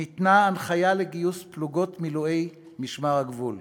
ניתנה הנחיה לגיוס פלוגות מילואי משמר הגבול,